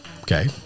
okay